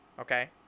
Okay